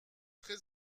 très